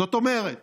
זאת אומרת